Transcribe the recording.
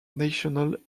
national